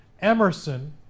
Emerson